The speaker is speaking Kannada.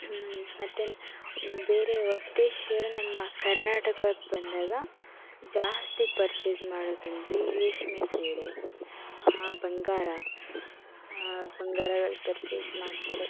ಮತ್ತು ಬೇರೆ ಹೊರದೇಶೀಯರು ನಮ್ಮ ಕರ್ನಾಟಕಕ್ಕೆ ಬಂದಾಗ ಜಾಸ್ತಿ ಪರ್ಚೇಸ್ ಮಾಡೋದಂದ್ರೆ ರೇಷ್ಮೆ ಸೀರೆ ಬಂಗಾರ ಬಂಗಾರಗಳು ಪರ್ಚೇಸ್ ಮಾಡ್ತಾರೆ